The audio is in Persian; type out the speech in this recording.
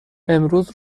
امروز